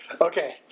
okay